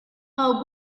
how